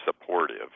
supportive